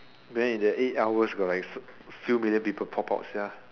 then in the eight hours got like few million people pop up sia